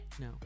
No